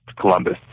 Columbus